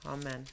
Amen